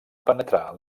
penetrar